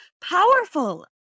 powerful